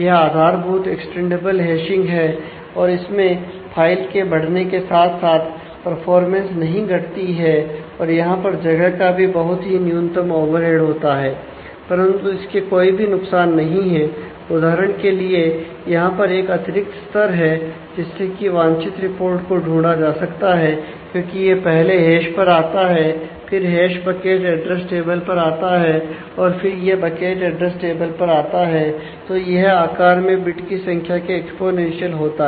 यह आधारभूत extendable hashing होता है